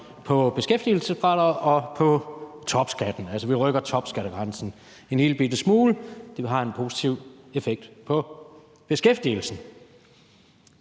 til beskæftigelsesfradraget og topskatten, altså at vi rykker topskattegrænsen en lillebitte smule. Det har en positiv effekt på beskæftigelsen.